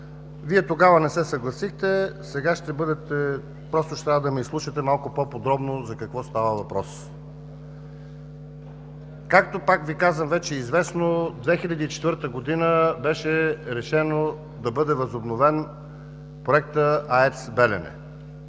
Вие тогава не се съгласихте сега ще трябва да ме изслушате малко по-подробно за какво става въпрос. Както, пак Ви казвам, вече е известно, 2004 г. беше решено да бъде възобновен проектът АЕЦ „Белене“,